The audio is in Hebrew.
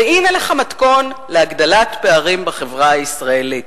והנה לך מתכון להגדלת פערים בחברה הישראלית.